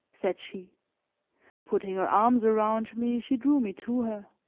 said she putting her arms around me she drew me to her.